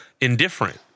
indifferent